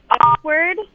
awkward